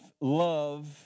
love